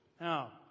Now